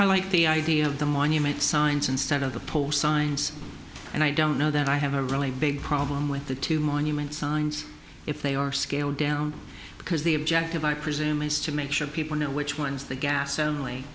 i like the idea of the monument signs instead of the post signs and i don't know that i have a really big problem with the two monument signs if they are scaled down because the objective i presume is to make sure people know which one's the gas only